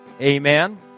Amen